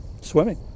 swimming